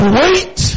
wait